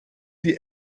die